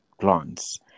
plants